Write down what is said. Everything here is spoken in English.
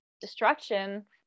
destruction